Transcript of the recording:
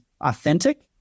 authentic